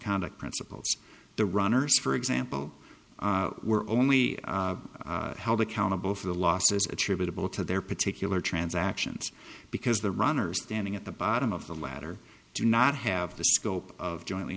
conduct principles the runners for example were only held accountable for the losses attributable to their particular transactions because the runner standing at the bottom of the latter do not have the scope of jointly